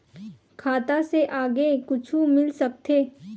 खाता से आगे कुछु मिल सकथे?